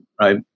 right